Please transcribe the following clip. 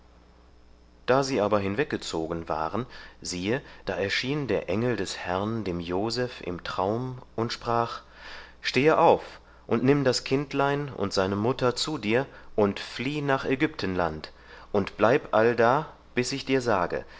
da sie aber hinweggezogen waren siehe da erschien der engel des herrn dem joseph im traum und sprach stehe auf und nimm das kindlein und seine mutter zu dir und flieh nach ägyptenland und bleib allda bis ich dir sage